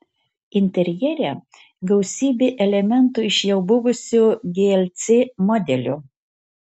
interjere gausybė elementų iš jau buvusio glc modelio